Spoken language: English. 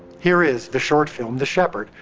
here is the short film, the shepherd,